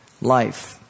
life